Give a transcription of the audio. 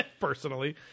personally